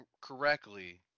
correctly